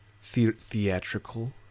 Theatrical